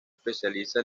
especializa